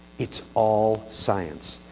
it's all science.